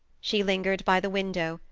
she lingered by the window,